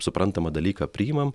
suprantamą dalyką priimam